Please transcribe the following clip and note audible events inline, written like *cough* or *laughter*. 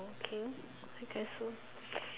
okay I guess so *noise*